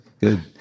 good